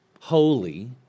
holy